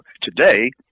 today